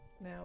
now